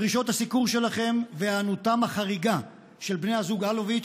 דרישות הסיקור שלכם והיענותם החריגה של בני הזוג אלוביץ'